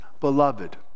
Beloved